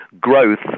growth